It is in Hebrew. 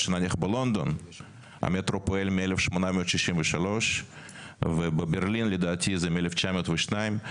שבלונדון המטרו פועל מ-1863 ובברלין לדעת זה מ-1902.